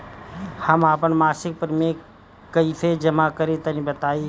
हम आपन मसिक प्रिमियम कइसे जमा करि तनि बताईं?